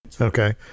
Okay